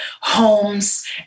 homes